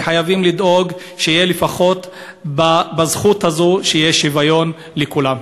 וחייבים לדאוג שתהיה לפחות הזכות הזאת של שוויון לכולם.